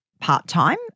part-time